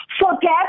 Forget